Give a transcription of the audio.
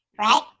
right